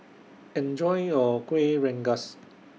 Enjoy your Kueh Rengas